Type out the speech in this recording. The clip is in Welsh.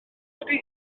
ydy